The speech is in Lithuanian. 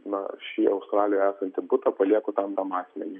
na šį australijoje esantį butą palieku tam tam asmeniui